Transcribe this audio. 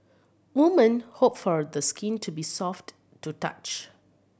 woman hope for the skin to be soft to touch